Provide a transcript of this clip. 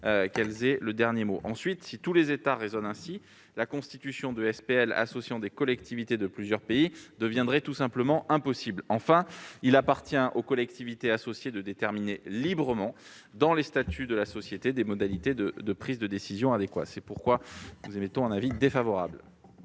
aient le dernier mot. Ensuite, si tous les États raisonnaient ainsi, la constitution de SPL associant des collectivités de plusieurs pays deviendrait tout simplement impossible. Enfin, il appartient aux collectivités associées de déterminer librement, dans les statuts de la société, les modalités de prise de décision adéquates. C'est pourquoi nous émettons un avis défavorable